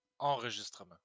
Enregistrement